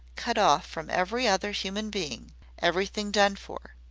cut off from every other human being everything done for.